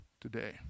today